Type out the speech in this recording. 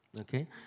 Okay